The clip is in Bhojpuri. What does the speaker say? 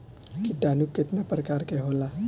किटानु केतना प्रकार के होला?